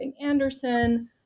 Anderson